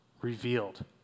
revealed